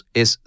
es